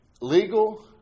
legal